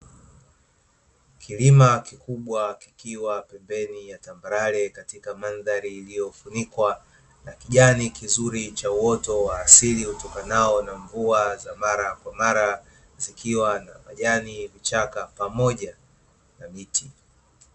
Kilima kikubwa kikiwa pembeni ya tambarare, katika mandhari iliyofunikwa na kijani kizuri cha uoto wa asili utokanao na mvua za mara kwa mara, zikiwa na majani, vichaka pamoja na miti.